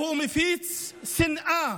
הוא מפיץ שנאה.